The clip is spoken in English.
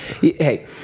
Hey